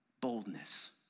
boldness